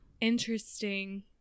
Interesting